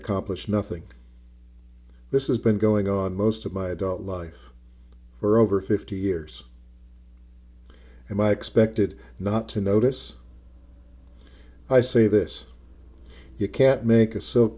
accomplish nothing this is been going on most of my adult life for over fifty years and i expected not to notice i say this you can't make